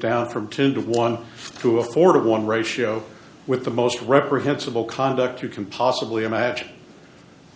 down from two to one to afford one ratio with the most reprehensible conduct you can possibly imagine